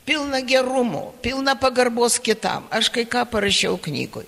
pilna gerumo pilna pagarbos kitam aš kai ką parašiau knygoj